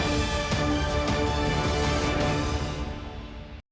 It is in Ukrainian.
дякую.